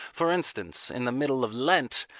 for instance, in the middle of lent,